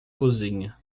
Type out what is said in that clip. cozinha